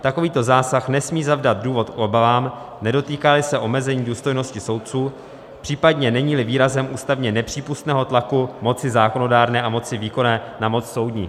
Takovýto zásah nesmí zavdat důvod k obavám, nedotýkáli se omezení důstojnosti soudců, případně neníli výrazem ústavně nepřípustného tlaku moci zákonodárné a moci výkonné na moc soudní.